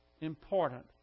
important